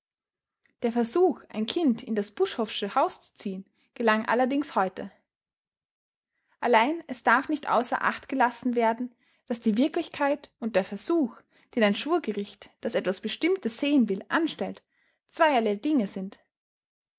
der versuch ein kind in das buschhoffsche haus zu ziehen gelang allerdings heute allein es darf nicht außer acht gelassen werden daß die wirklichkeit und der versuch den ein schwurgericht das etwas bestimmtes sehen will anstellt zweierlei dinge sind